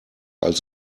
als